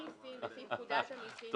לפי פקודת המסים (גבייה)